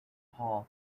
hall